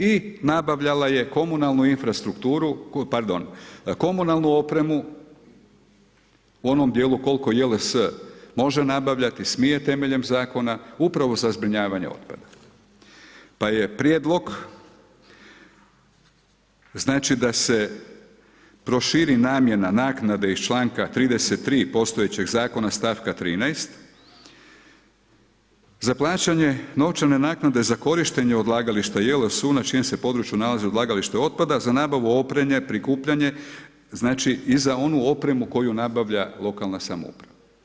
I nabavljala je komunalnu infrastrukturu, pardon komunalnu opremu u onom dijelu koliko JLS može nabavljati, smije temeljem zakona upravo za zbrinjavanje otpada, pa je prijedlog znači da se proširi namjena naknade iz članka 33. postojećeg zakona stavka 13. za plaćanje novčane naknade za korištenje odlagališta JLS-u na čijem se području se području nalazi odlagalište otpada za nabavu opreme, prikupljanje znači i za onu opremu koju nabavlja lokalna samouprava.